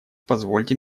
позвольте